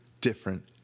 different